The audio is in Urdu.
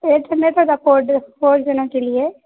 ایٹ ہینڈریڈ فور جنوں کے لیے